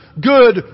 good